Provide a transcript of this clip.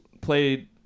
played –